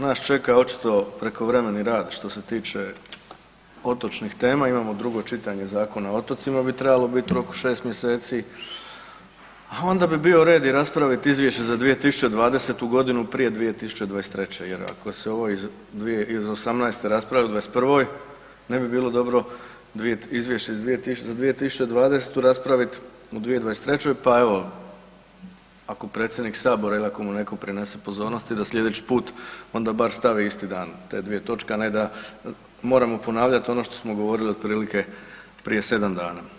Nas čeka očito prekovremeni rad što se tiče otočnih tema, imamo drugo čitanje Zakona o otocima bi trebalo biti u roku od šest mjeseci, a onda bi bio red i raspraviti izvješće za 2020.g. prije 2023. jer ako se ovo iz '18. raspravlja u '21., ne bi bilo dobro izvješće za 2020. raspravit u 2023. pa evo ako predsjednik Sabora ili ako mu neko prenese pozornost da sljedeći put onda bar stavi isti dan te dvije točke, a ne da moramo ponavljat ono što smo govorili otprilike prije sedam dana.